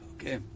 Okay